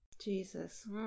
Jesus